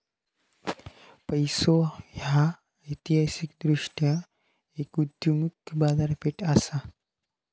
पैसो ह्या ऐतिहासिकदृष्ट्यो एक उदयोन्मुख बाजारपेठ असा